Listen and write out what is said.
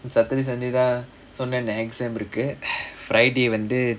saturday sunday lah சொன்னேன்னே:sonnaennae exam இருக்கு:irukku friday வந்து:vanthu